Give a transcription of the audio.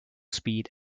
speed